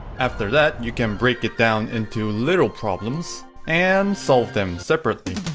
after that, you can break it down into little problems and solve them separately